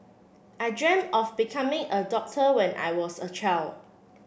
I dreamt of becoming a doctor when I was a child